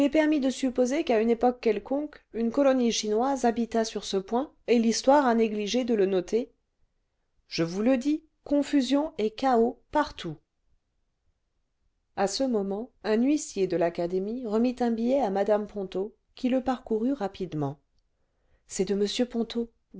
permis de supposer qu'à une époque quelconque une colonie chinoise habita sur ce point et l'histoire a négligé de le noter je vous le dis confusion et chaos partout a ce moment un huissier de l'académie remit un billet à moee ponto qui le parcourut rapidement c'est de m ponto